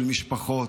למשפחות,